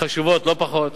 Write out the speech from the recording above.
חשובות לא פחות,